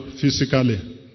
physically